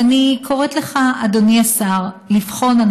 אז אני קוראת לך, אדוני השר, לבחון.